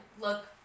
look